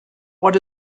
what